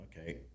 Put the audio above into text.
okay